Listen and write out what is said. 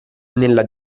nella